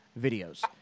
videos